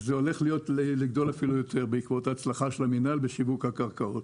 זה הולך לגדול אפילו יותר בעקבות ההצלחה של רמ"י בשיווק הקרקעות.